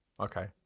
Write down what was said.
Okay